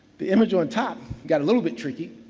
the image on top got a little bit tricky,